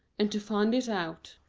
and to find it out.